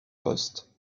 poste